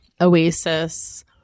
oasis